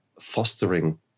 fostering